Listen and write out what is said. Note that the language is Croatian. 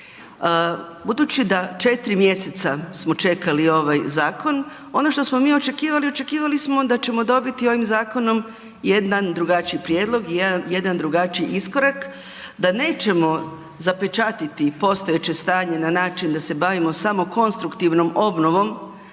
Budući da 4 mjeseca smo čekali ovaj zakon, ono što smo mi očekivali, očekivali smo da ćemo dobiti ovim zakonom jedan drugačiji prijedlog i jedan drugačiji iskorak, da nećemo zapečatiti postojeće stanje na način da se bavimo samo konstruktivnom obnovom